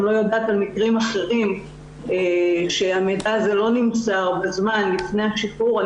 לא יודעת על מקרים אחרים שהמידע הזה לא נמסר בזמן לפני השחרור,